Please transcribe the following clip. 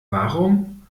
warum